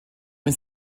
ist